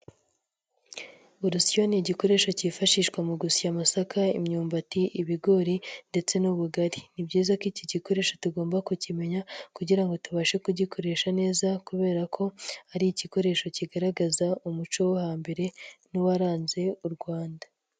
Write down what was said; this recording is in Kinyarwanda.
Urusyo ni igikoresho cyifashishwa mu gusiya amasaka, imyumbati, ibigori ndetse n'ubugari, ni byiza ko iki gikoresho tugomba kukimenya kugira ngo tubashe kugikoresha neza kubera ko ari igikoresho kigaragaza umuco wo hambere n'uwaranze u Rwanda.